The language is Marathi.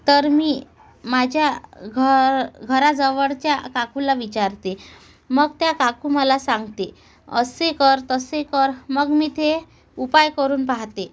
तर मी माझ्या घर घराजवळच्या काकूला विचारते मग त्या काकू मला सांगते असे कर तसे कर मग मी ते उपाय करून पाहते